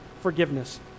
forgiveness